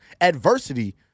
adversity